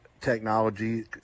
technology